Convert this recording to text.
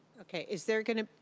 okay. is there going to